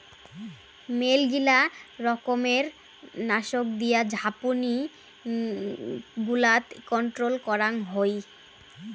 মেলগিলা রকমের নাশক দিয়া ঝাপনি গুলাট কন্ট্রোল করাং হই